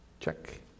Check